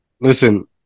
listen